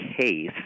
case